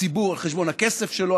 על חשבון הכסף שלו,